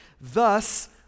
Thus